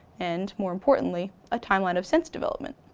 and more importantly a timeline of sense development.